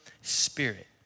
spirit